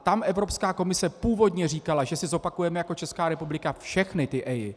Tam Evropská komise původně říkala, že si zopakujeme jako Česká republika všechny ty EIA.